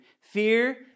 Fear